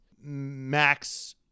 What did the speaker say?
Max